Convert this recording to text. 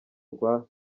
rwa